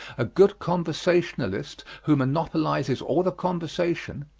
a good conversationalist who monopolizes all the conversation,